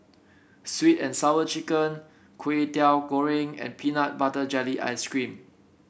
sweet and Sour Chicken Kway Teow Goreng and Peanut Butter Jelly Ice cream